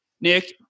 Nick